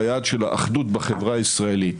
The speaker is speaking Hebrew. זה היעד של האחדות בחברה הישראלית.